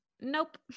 nope